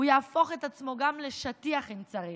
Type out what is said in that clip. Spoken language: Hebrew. הוא יהפוך את עצמו גם לשטיח אם צריך,